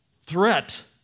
threat